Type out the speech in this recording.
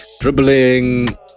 dribbling